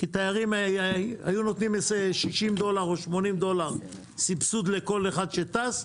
כי תיירים היו נותנים 60 דולר או 80 דולר סבסוד לכל אחד שטס.